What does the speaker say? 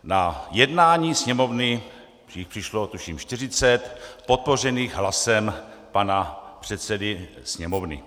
Na jednání Sněmovny jich přišlo tuším 40, podpořených hlasem pana předsedy Sněmovny.